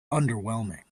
underwhelming